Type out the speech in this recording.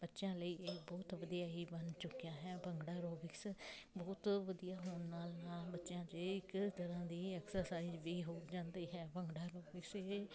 ਬੱਚਿਆਂ ਲਈ ਇਹ ਬਹੁਤ ਵਧੀਆ ਹੀ ਬਣ ਚੁੱਕਿਆ ਹੈ ਭੰਗੜੈ ਐਰੋਬਿਕਸ ਬਹੁਤ ਵਧੀਆ ਹੁਣ ਨਾਲ ਨਾਲ ਬੱਚਿਆਂ ਲਈ ਇੱਕ ਤਰ੍ਹਾਂ ਦੀ ਐਕਸਸਾਈਜ਼ ਵੀ ਹੋ ਜਾਂਦੀ ਹੈ ਭੰਗੜਾ ਐਰੋਬਿਕਸ ਇਹ